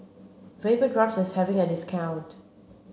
Vapodrops is having a discount